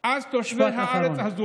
כן, תודה.